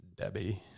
Debbie